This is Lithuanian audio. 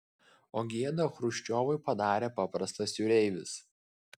o gėdą chruščiovui padarė paprastas jūreivis